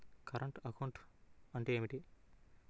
Current account అంటే ఏమిటి?